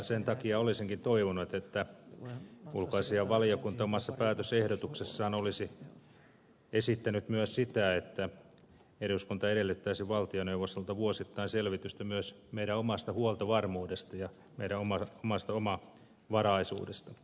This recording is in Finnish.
sen takia olisinkin toivonut että ulkoasiainvaliokunta omassa päätösehdotuksessaan olisi esittänyt myös sitä että eduskunta edellyttäisi valtioneuvostolta vuosittain selvitystä myös meidän omasta huoltovarmuudesta ja med omars maistuu oma varaisuudesta